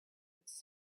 its